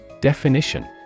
Definition